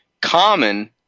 common